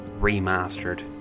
Remastered